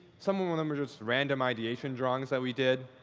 some of them them were just random ideation drawings that we did.